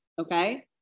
Okay